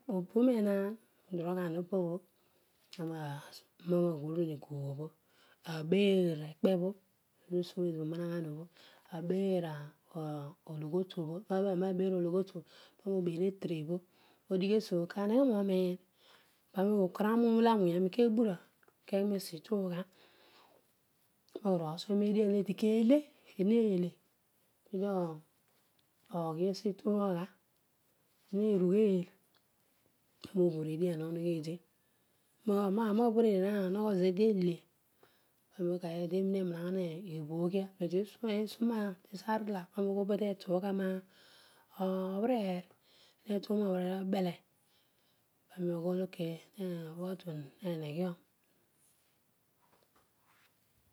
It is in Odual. Oobuom enaan udiorogha opobho no ghuroom egugh obho abeel ekpebho esiobho ezor umanagban obho abeel aah aah ologhiotuabho ami ma beel ologbaotuobho poəpo odeel eterebho odighi esiobho ka weghe nomiin pani oghe okool amro olo awony ani kebura keghi mesitugha paro oru o̠o̠sueni edian olo eedi kele edi weele pedi oghi esi itugha eedi me rugheel paroi obhaar edian omogho eedi aroa bhool edian amogho zeedi eedi ele pani oghool eedi eroine naghanan ebhooghia eedi dune isu tesi arala pani oghool eedi etugha moberer eedi ne tugha nobere ebele pani oghool ibhadon meme ghiom